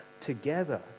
together